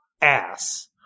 ass